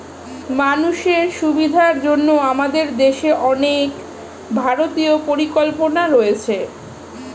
মানুষের সুবিধার জন্য আমাদের দেশে অনেক ভারতীয় পরিকল্পনা রয়েছে